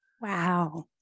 Wow